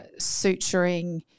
suturing